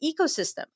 ecosystem